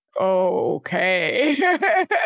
Okay